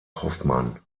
hoffmann